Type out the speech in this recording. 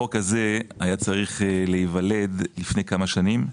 החוק הזה היה צריך להיוולד לפני כמה שנים.